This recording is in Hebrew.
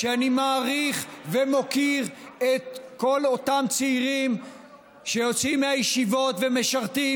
אני מעריך ומוקיר את כל אותם צעירים שיוצאים מהישיבות ומשרתים,